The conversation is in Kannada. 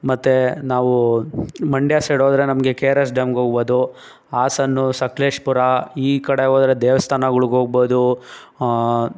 ಮತ್ತು ನಾವು ಮಂಡ್ಯ ಸೈಡ್ ಹೋದ್ರೆ ನಮಗೆ ಕೆ ಆರ್ ಎಸ್ ಡ್ಯಾಮ್ಗೆ ಹೋಗ್ಬೋದು ಹಾಸನ್ನು ಸಕಲೇಶ್ಪುರ ಈ ಕಡೆ ಹೋದ್ರೆ ದೇವಸ್ಥಾನಗಳ್ಗೆ ಹೋಗ್ಬೋದು